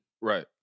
Right